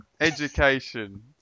Education